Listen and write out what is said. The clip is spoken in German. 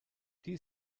die